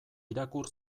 irakur